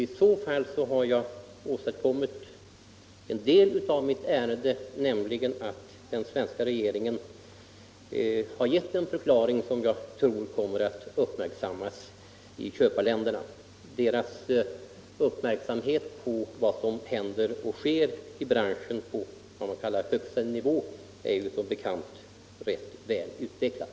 I så fall har jag uppnått en del av syftet med min fråga, nämligen att den svenska regeringen ger en förklaring som jag tror kommer att uppmärksammas i köparländerna. Deras uppmärksamhet på vad man på högsta nivå här avser att göra för att stötta branschen är som bekant rätt väl utvecklad.